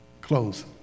Close